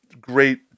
great